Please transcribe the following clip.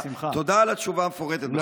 תודה על התשובה המפורטת בכל אופן.